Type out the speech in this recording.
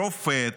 שופט,